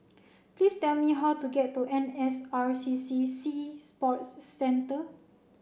please tell me how to get to N S R C C Sea Sports Centre